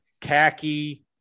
khaki